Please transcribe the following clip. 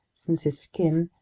since his skin,